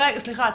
רגע, סליחה.